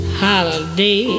holiday